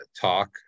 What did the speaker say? talk